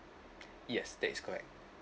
yes that is correct